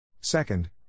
Second